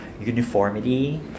uniformity